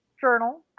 journal